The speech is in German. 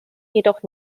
jedoch